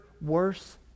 worse